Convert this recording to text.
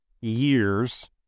years